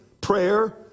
prayer